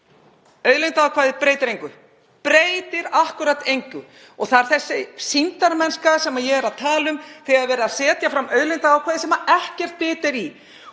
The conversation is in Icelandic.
Auðlindaákvæðið breytir engu, breytir akkúrat engu. Það er þessi sýndarmennska sem ég er að tala um þegar verið er að setja fram auðlindaákvæði sem ekkert bit er í.